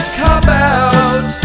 cop-out